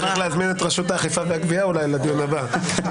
צריך להזמין את רשות האכיפה והגבייה אולי לדיון הבא.